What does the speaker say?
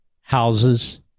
houses